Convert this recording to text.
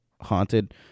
haunted